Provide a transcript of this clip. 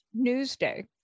Newsday